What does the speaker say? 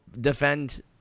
defend